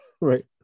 right